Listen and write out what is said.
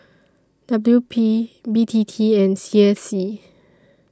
W P B T T and C S C